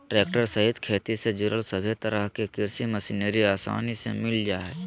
tractor सहित खेती से जुड़ल सभे तरह के कृषि मशीनरी आसानी से मिल जा हइ